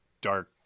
dark